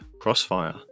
Crossfire